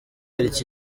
iki